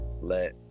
let